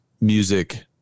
music